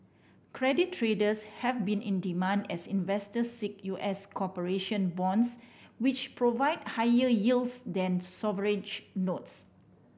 credit traders have been in demand as investors seek U S corporation bonds which provide higher yields than sovereign notes